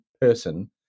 person